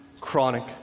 Chronic